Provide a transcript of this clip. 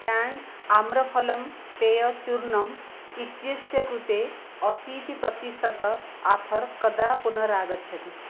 Tang आम्रफलं पेयचूर्णम् इत्यस्य कृते अशीतिप्रतिशतम् आफ़र् कदा पुनरागच्छति